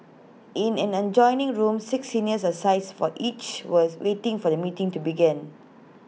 in an adjoining room six senior asides for each was waiting for the meeting to begin